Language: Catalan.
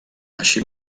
així